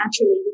naturally